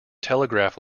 telegraph